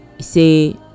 Say